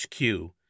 HQ